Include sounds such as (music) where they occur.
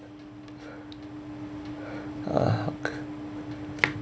ah (breath)